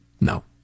No